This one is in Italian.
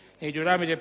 Credo